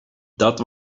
dat